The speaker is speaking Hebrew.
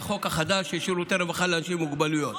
החדש של שירותי רווחה לאנשים עם מוגבלויות.